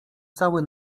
cały